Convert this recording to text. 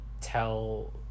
tell